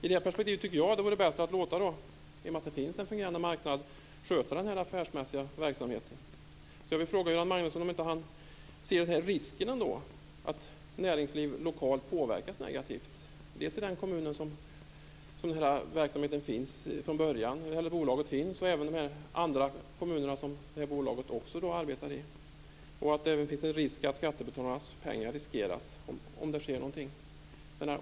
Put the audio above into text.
I det här perspektivet är det bättre att låta en fungerande marknad sköta den affärsmässiga verksamheten. Ser inte Göran Magnusson risken att det lokala näringslivet påverkas negativt, dels i den kommun som verksamheten finns i från början, dels i de andra kommunerna som bolaget arbetar i och dels att skattebetalarnas pengar riskeras om det sker någonting?